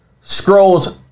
scrolls